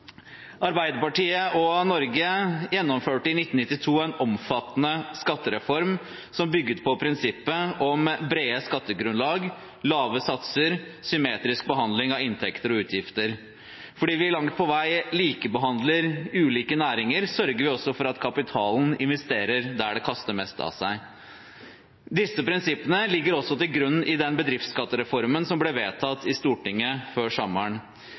Arbeiderpartiet og Norge gjennomførte i 1992 en omfattende skattereform som bygget på prinsippet om brede skattegrunnlag, lave satser og symmetrisk behandling av inntekter og utgifter. Fordi vi langt på vei likebehandler ulike næringer, sørger vi også for at kapitalen investerer der det kaster mest av seg. Disse prinsippene ligger også til grunn i den bedriftsskattereformen som ble vedtatt i Stortinget før